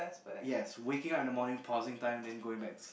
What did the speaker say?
yes waking up in the morning pausing time then going back